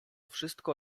wszystko